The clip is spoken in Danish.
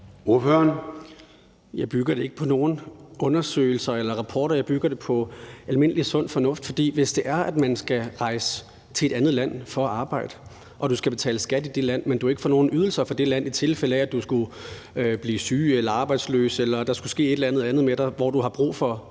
Jeg bygger det ikke på nogen undersøgelser eller rapporter. Jeg bygger det på almindelig sund fornuft. For hvis det er sådan, at du skal rejse til et andet land for at arbejde og du skal betale skat i det land, men ikke får nogen ydelser fra det land, i tilfælde af at du skulle blive syg eller arbejdsløs eller der skete et eller andet andet med dig, hvor du har brug for de